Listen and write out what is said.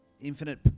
infinite